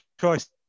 choice